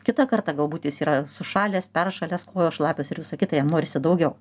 kitą kartą galbūt jis yra sušalęs peršalęs kojos šlapios ir visa kita jam norisi daugiau